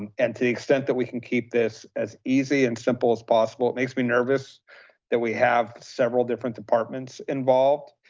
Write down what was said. and and to the extent that we can keep this as easy and simple as possible, it makes me nervous that we have several different departments involved.